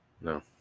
No